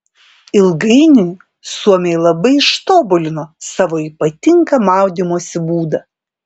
ilgainiui suomiai labai ištobulino savo ypatingą maudymosi būdą